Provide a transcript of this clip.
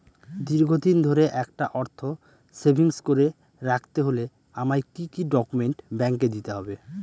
দীর্ঘদিন ধরে একটা অর্থ সেভিংস করে রাখতে হলে আমায় কি কি ডক্যুমেন্ট ব্যাংকে দিতে হবে?